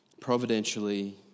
providentially